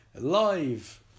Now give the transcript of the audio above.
live